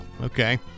okay